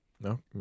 No